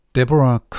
Deborah